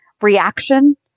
reaction